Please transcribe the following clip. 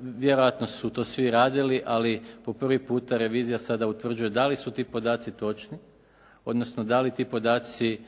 Vjerojatno su to svi radili, ali po prvi puta revizija sada utvrđuje da li su ti podaci točni, odnosno da li ti podaci